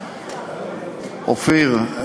אופיר,